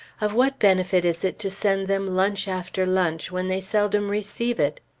of what benefit is it to send them lunch after lunch, when they seldom receive it?